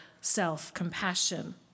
self-compassion